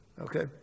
Okay